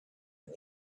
and